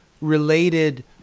related